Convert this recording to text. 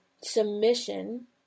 submission